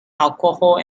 alcohol